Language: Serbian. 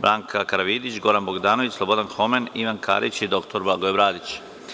Branka Karavidić, Goran Bogdanović, Slobodan Homen, Ivan Karić i dr Blagoje Bradić.